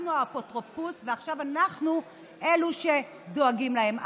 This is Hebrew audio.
אנחנו האפוטרופסות, ועכשיו אנחנו אלו שדואגים להם.